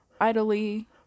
idly